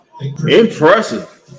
Impressive